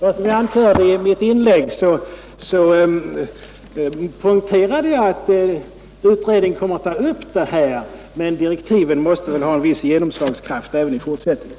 I mitt inlägg poängterade jag att utredningen kommer att ta upp detta, men direktiven måste väl ha en viss genomslagskraft även i fortsättningen.